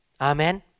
Amen